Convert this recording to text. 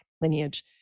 lineage